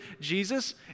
Jesus